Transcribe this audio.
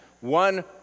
one